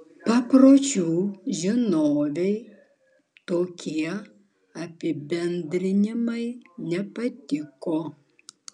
papročių žinovei tokie apibendrinimai nepatiko